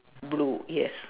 blue yes